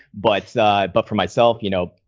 but but for myself, you know,